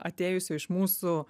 atėjusio iš mūsų